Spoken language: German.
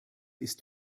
ist